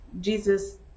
Jesus